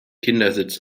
kindersitz